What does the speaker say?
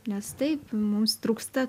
nes taip mums trūksta